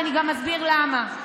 ואני גם אסביר למה.